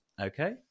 Okay